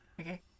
Okay